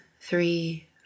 three